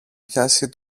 πιάσει